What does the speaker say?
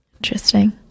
Interesting